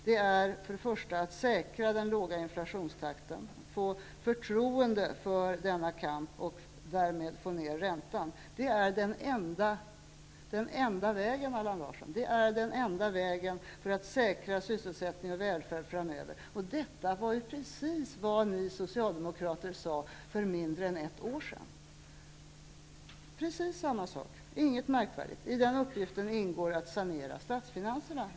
Den första uppgiften är att säkra den låga inflationstakten, att få förtroende för denna kamp och därmed få ned räntan. Det är den enda vägen, Allan Larsson, för att säkra sysselsättning och välfärd framöver, och detta var precis vad ni socialdemokrater sade för mindre än ett år sedan. Det är inget märkvärdigt. I den uppgiften ingår att sanera statsfinanserna.